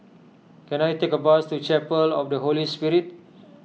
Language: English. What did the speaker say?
can I take a bus to Chapel of the Holy Spirit